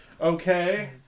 okay